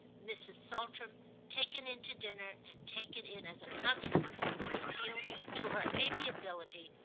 mrs. saltram taken in to dinner, and taken in as a consequence of an appeal to her amiability,